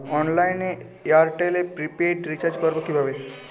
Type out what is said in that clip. অনলাইনে এয়ারটেলে prepaid recharge করবো কিভাবে?